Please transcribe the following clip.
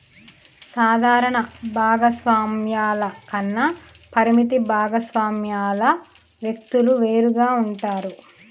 సాధారణ భాగస్వామ్యాల కన్నా పరిమిత భాగస్వామ్యాల వ్యక్తులు వేరుగా ఉంటారు